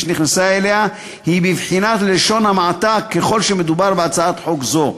שנכנסה אליה היא בבחינת לשון המעטה ככל שמדובר בהצעת חוק זו.